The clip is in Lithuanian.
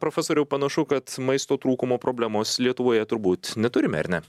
profesoriau panašu kad maisto trūkumo problemos lietuvoje turbūt neturime ar ne